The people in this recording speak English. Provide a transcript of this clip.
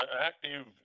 active